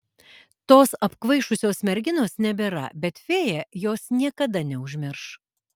tos apkvaišusios merginos nebėra bet fėja jos niekada neužmirš